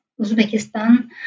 Uzbekistan